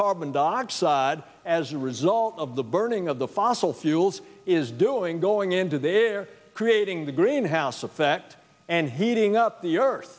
carbon dioxide as a result of the burning of the fossil fuels is doing going into the air creating the greenhouse effect and heating up the earth